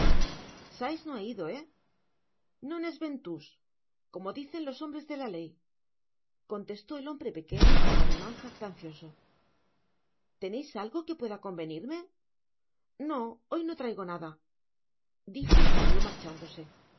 sikes no ha ido hé non es ventús como dicen los hombres de la ley contestó el hombre pequeño con ademan jactancioso teneis higo que pueda convenirme no hoy no traigo nada dijo el judio marchandose